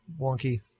wonky